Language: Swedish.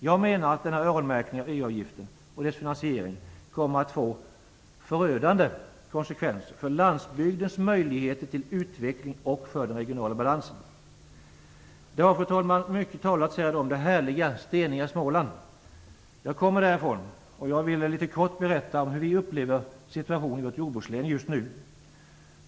Jag menar att denna öronmärkning av EU-avgiften och dessa finansiering kommer att få förödande konsekvenser för landsbygdens möjligheter till utveckling och för den regionala balansen. Fru talman! Det har talats mycket om det härliga, steniga Småland. Jag kommer därifrån, och jag vill litet kort berätta om hur vi upplever situationen i vårt jordbrukslän just nu.